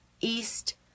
east